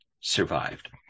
survived